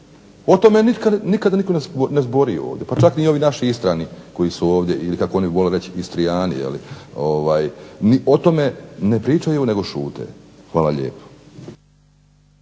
O tome nikada nitko ne zbori ovdje pa čak ni ovi naši Istrani koji su ovdje, ili kako oni vole reći Istrijani. O tome ne pričaju nego šute. Hvala lijepo.